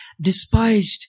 despised